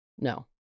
no